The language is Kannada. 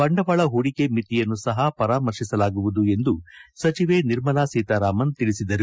ಬಂಡವಾಳ ಹೂಡಿಕೆ ಮಿತಿಯನ್ನು ಸಹ ಪರಾಮರ್ಶಿಸಲಾಗುವುದು ಎಂದು ಸಚಿವೆ ನಿರ್ಮಲಾ ಸೀತಾರಾಮನ್ ತಿಳಿಸಿದರು